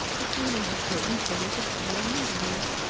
it's one of the most potent triggers of autoimmune disease.